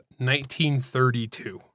1932